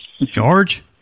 George